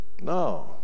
No